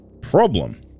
problem